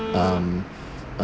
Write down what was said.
um